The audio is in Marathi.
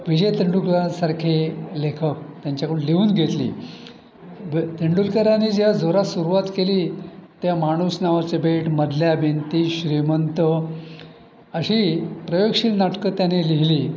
विजय तेंडुलकरांसारखे लेखक त्यांच्याकडून लिहून घेतली तेंडुलकरांनी ज्या जोरात सुरुवात केली त्या माणूस नावाचे बेट मधल्या भिंती श्रीमंत अशी प्रयोगशील नाटकं त्याने लिहिली